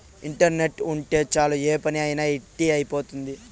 internet ఉంటే చాలు ఏ పని అయినా ఇట్టి అయిపోతుంది